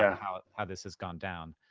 ah how how this has gone down.